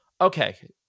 okay